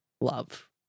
love